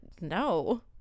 No